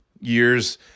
years